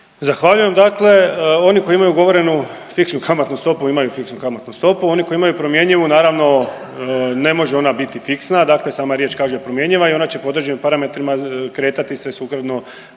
Zahvaljujem, dakle oni koji imaju ugovorenu fiksnu kamatnu stopu imaju fiksnu kamatnu stopu, a oni koji imaju promjenjivu naravno ne može ona biti fiksna, dakle sama riječ kaže promjenjiva i ona će po određenim parametrima kretati se sukladno